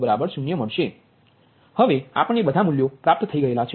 0 મળે છે આ બધા ના મુલ્યો તમે Q21મા મૂકો